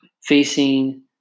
facing